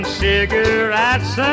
cigarettes